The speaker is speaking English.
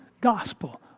Gospel